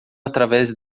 através